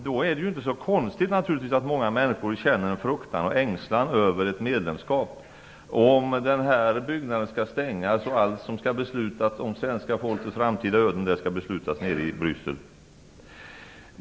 Då är det naturligtvis inte så konstigt att många människor känner en fruktan och ängslan över ett medlemskap, dvs. om den här byggnaden skall stängas och allt som skall beslutas om svenska folkets framtida öden skall beslutas i Bryssel.